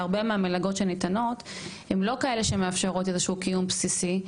שהרבה מהמלגות שניתנות הן לא כאלו שמאפשרות קיום בסיסי,